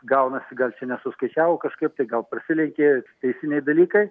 gaunasi gal čia nesuskaičiavo kažkaip tai gal prasilenkė teisiniai dalykai